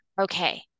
okay